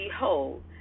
Behold